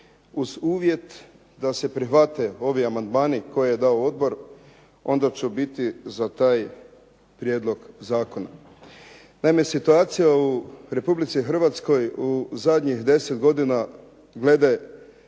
uz uvjet da se prihvate ovi amandmani koje je dao odbor, onda ću biti za taj prijedlog zakona. Naime, situacija u Republici Hrvatskoj u zadnjih 10 godina glede